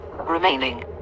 remaining